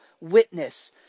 witness